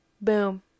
Boom